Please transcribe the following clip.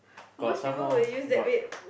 got some more got